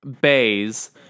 bays